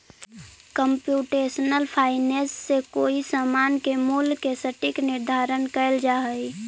computational finance से कोई समान के मूल्य के सटीक निर्धारण कैल जा हई